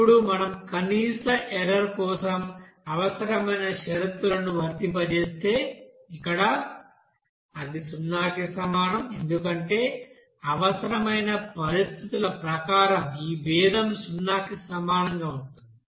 ఇప్పుడు మనం కనీస ఎర్రర్ కోసం అవసరమైన షరతులను వర్తింపజేస్తే ఇక్కడ అది సున్నాకి సమానం ఎందుకంటే అవసరమైన పరిస్థితుల ప్రకారం ఈ భేదం సున్నాకి సమానంగా ఉంటుంది